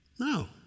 No